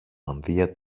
μανδύα